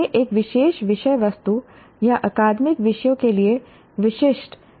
यह एक विशेष विषय वस्तु या अकादमिक विषयों के लिए विशिष्ट या सार्थक है